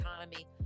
Economy